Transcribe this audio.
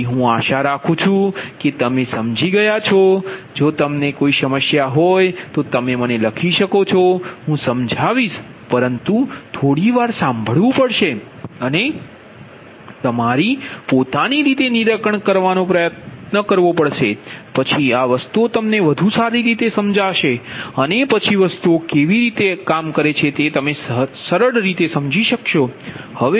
તેથી હું આશા રાખું છું કે તમે સમજી ગયા છો જો તમને કોઈ સમસ્યા હોય તો તમે મને લખી શકો છો હું સમજાવીશ પરંતુ થોડી વાર સાંભળવું પડશે અને તમારી પોતાની રીતે નિરાકરણ કરવાનો પ્રયાસ કરો પછી આ વસ્તુઓ તમને વધુ સારી રીતે સમજાશે અને પછી વસ્તુઓ કેવી છે તે જુઓ